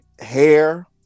hair